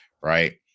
right